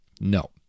No